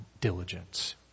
diligence